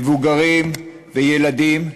מבוגרים וילדים,